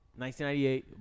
1998